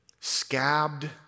Scabbed